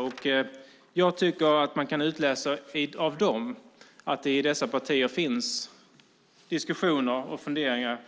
Av dem kan man utläsa att i dessa partier finns diskussioner om och funderingar